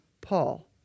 Paul